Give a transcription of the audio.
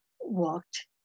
walked